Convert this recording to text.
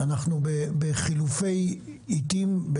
אנחנו בחילופי עיתים,